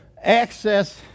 access